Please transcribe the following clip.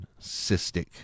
cystic